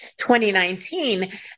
2019